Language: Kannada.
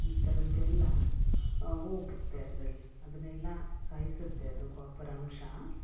ಈ ಥರದ್ದೆಲ್ಲ ಹೋಗುತ್ತೆ ಅದರಲ್ಲಿ ಅದನ್ನೆಲ್ಲ ಸಾಯಿಸುತ್ತೆ ಅದು ಕಾಪರ್ ಅಂಶ